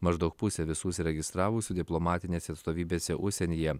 maždaug pusė visų užsiregistravusių diplomatinėse atstovybėse užsienyje